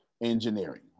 engineering